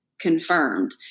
confirmed